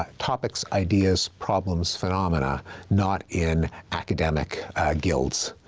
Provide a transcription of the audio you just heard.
ah topics, ideas, problems, phenomena not in academic guilds.